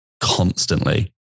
constantly